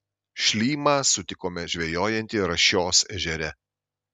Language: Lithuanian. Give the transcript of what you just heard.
šlymą sutikome žvejojantį rašios ežere